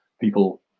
people